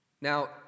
Now